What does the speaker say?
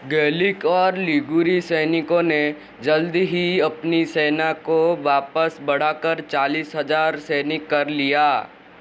gallic और लिगूरी सैनिकों ने जल्द ही अपनी सेना को वापस बढ़ा कर चालिस हज़ार सैनिक कर लिया